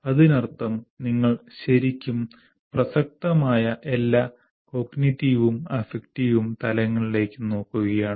അതിനർത്ഥം നിങ്ങൾ ശരിക്കും പ്രസക്തമായ എല്ലാ കോഗ്നിറ്റീവും അഫക്റ്റീവും തലങ്ങളിലേക്ക് നോക്കുകയാണ്